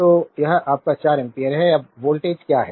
तो यह आपका 4 एम्पियर है अब वोल्टेज क्या है